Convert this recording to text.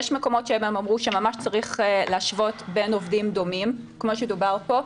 יש מקומות שבהם אמרו שממש צריך להשוות בין עובדים דומים כמו שדובר פה.